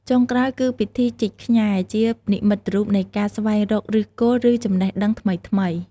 ចុងក្រោយគឺ ពិធីជីកខ្ញែ ជានិមិត្តរូបនៃការស្វែងរកឫសគល់ ឬចំណេះដឹងថ្មីៗ។